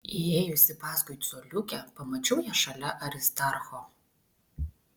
įėjusi paskui coliukę pamačiau ją šalia aristarcho